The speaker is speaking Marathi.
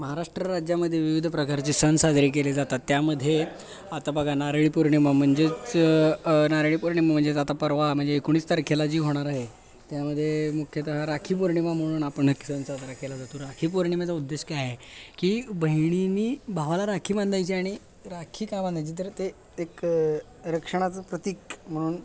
महाराष्ट्र राज्यामध्ये विविध प्रकारचे सण साजरे केले जातात त्यामध्ये आता बघा नारळी पौर्णिमा म्हणजेच नारळी पौर्णिमा म्हणजेच आता परवा म्हणजे एकोणीस तारखेला जी होणार आहे त्यामदे मुख्यतः राखी पौर्णिमा म्हणून आपण सण साजरा केला जातो राखी पौर्णिमेचा उद्देश काय आहे की बहिणीनी भावाला राखी बांधायची आणि राखी का बांधायची तर ते एक रक्षणाचं प्रतीक म्हणून